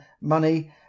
money